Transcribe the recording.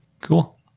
Cool